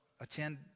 attend